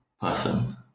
person